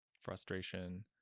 frustration